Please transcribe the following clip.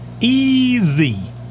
Easy